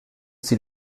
sie